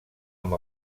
amb